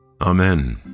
Amen